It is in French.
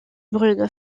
brune